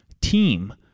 team